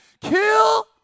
kill